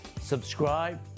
subscribe